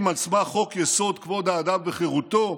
על סמך חוק-יסוד: כבוד האדם וחירותו,